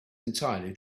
entirely